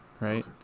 right